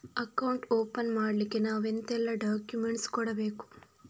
Account open ಮಾಡ್ಲಿಕ್ಕೆ ನಾವು ಎಂತೆಲ್ಲ ಡಾಕ್ಯುಮೆಂಟ್ಸ್ ಕೊಡ್ಬೇಕು?